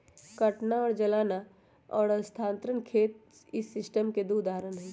काटना और जलाना और स्थानांतरण खेत इस सिस्टम के दु उदाहरण हई